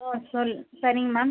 ஆ சரி சரிங்க மேம்